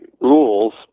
rules